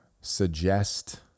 suggest